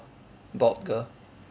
bald girl